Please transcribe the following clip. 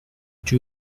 two